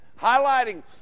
Highlighting